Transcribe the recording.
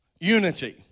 unity